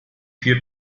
vier